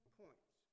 points